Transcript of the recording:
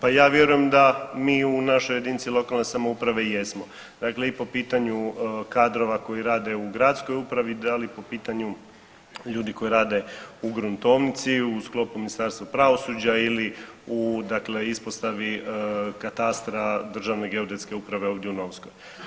Pa ja vjerujem da mi u našoj jedinici lokalne samouprave jesmo, dakle i po pitanju kadrova koji rade u gradskoj upravi, da li po pitanju ljudi koji rade u gruntovnici, u sklopu Ministarstva pravosuđa ili u ispostavi katastra Državne geodetske uprave ovdje u Novskoj.